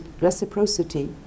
reciprocity